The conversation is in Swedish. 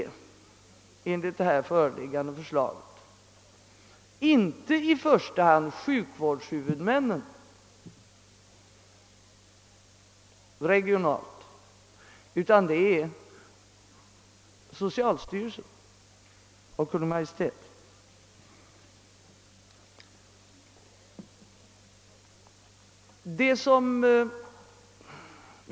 Enligt föreliggande förslag är det inte i första hand sjukvårdshu vudmännen som skall göra det regionalt, utan det är socialstyrelsen och Kungl. Maj:t.